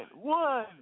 one